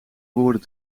woorden